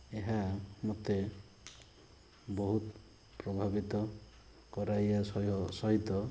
ଏହା ମୋତେ ବହୁତ ପ୍ରଭାବିତ କରାଇବା ସହିତ